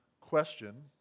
question